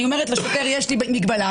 אני אומרת לשוטר: יש לי מגבלה,